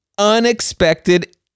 unexpected